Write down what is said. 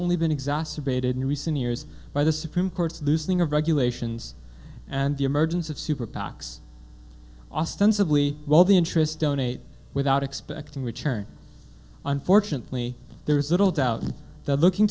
only been exacerbated in recent years by the supreme court's loosening of regulations and the emergence of super pacs ostensibly while the interest donate without expecting return unfortunately there is little doubt that looking